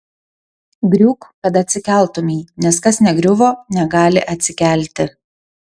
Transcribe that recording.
griūk kad atsikeltumei nes kas negriuvo negali atsikelti